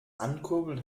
ankurbeln